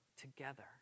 together